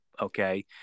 Okay